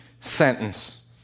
sentence